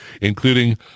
including